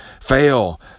Fail